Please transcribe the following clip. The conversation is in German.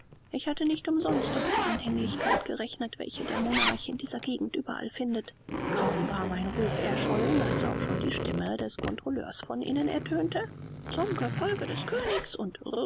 ich hatte nicht umsonst auf die anhänglichkeit gerechnet welche der monarch in dieser gegend überall findet kaum war mein ruf erschollen als auch schon die stimme des controleurs von innen ertönte zum gefolge des königs und